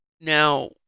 Now